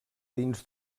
dins